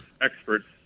experts